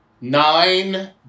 Nine